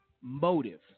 motive